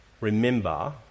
remember